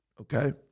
okay